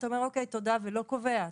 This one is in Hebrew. אתה אומר תודה ולא קובע,